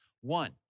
One